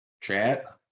chat